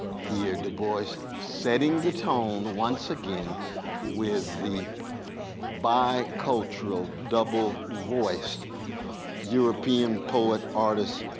here du bois is setting the tone once again with the bicultural double voiced european poet, artist,